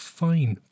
fine